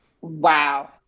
Wow